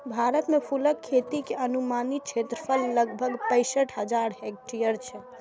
भारत मे फूलक खेती के अनुमानित क्षेत्रफल लगभग पैंसठ हजार हेक्टेयर छै